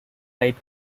light